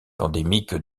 endémique